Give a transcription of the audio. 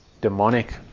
demonic